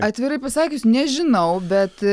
atvirai pasakius nežinau bet